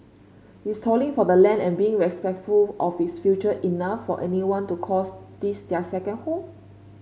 is toiling for the land and being respectful of its future enough for anyone to calls this their second home